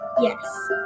Yes